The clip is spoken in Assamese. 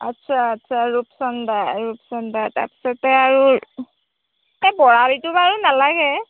আচ্ছা আচ্ছা ৰূপচন্দা ৰূপচন্দা তাৰপিছতে আৰু এই বৰালিটো বাৰু নালাগে